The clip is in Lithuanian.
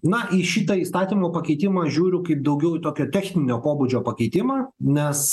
na į šitą įstatymo pakeitimą žiūriu kaip daugiau į tokio techninio pobūdžio pakeitimą nes